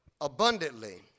abundantly